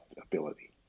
ability